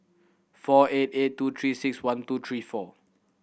four eight eight two Three Six One two three four